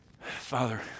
Father